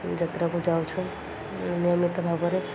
ଯାତ୍ରାକୁ ଯାଉଛୁ ନିୟମିତ ଭାବରେ